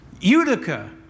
Utica